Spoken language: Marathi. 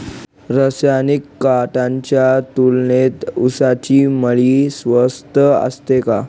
रासायनिक खतांच्या तुलनेत ऊसाची मळी स्वस्त असते का?